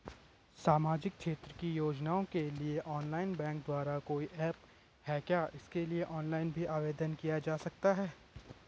सामाजिक क्षेत्र की योजनाओं के लिए ऑनलाइन बैंक द्वारा कोई ऐप है क्या इसके लिए ऑनलाइन भी आवेदन किया जा सकता है?